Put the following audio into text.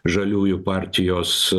žaliųjų partijos